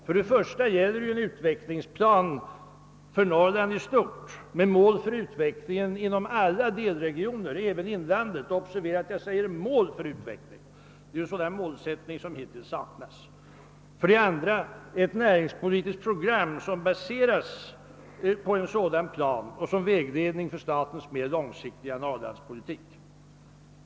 För det första gäller det en utvecklingsplan för Norrland i stort med mål för utvecklingen inom alla delregioner, även inlandet — observera att jag säger mål för utvecklingen. Det är en sådan målsättning som hittills har saknats. För det andra: ett näringspolitiskt program som baseras på en sådan plan och som vägledning för statens mer långsiktiga Norrlandspolitik.